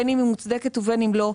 בין אם היא מוצדקת ובין אם לא,